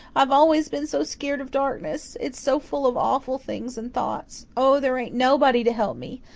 i've always been so skeered of darkness it's so full of awful things and thoughts. oh, there ain't nobody to help me!